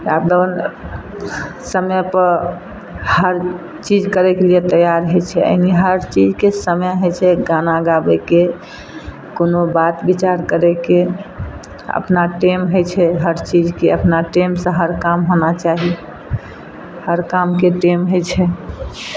कए दन समयपर हर चीज करयके लिये तैयार होइ छै एहनी हर चीजके समय होइ छै गाना गाबयके कोनो बात विचार करयके अपना टाइम होइ छै हर चीजके अपना टाइमसँ हर काम होना चाही हर कामके टाइम होइ छै